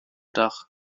dach